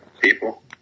people